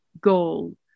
goal